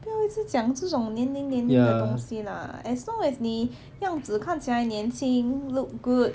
不要一直讲这种年龄年龄的东西 as long as 你样子看起来年轻 look good